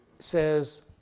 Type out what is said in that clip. says